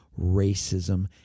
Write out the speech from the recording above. racism